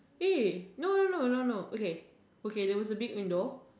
eh no no no no no no okay okay there was a big window